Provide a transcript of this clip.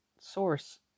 source